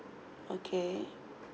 okay